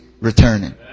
returning